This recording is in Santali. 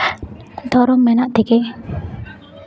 ᱫᱷᱚᱨᱚᱢ ᱢᱮᱱᱟᱜ ᱛᱮᱜᱮ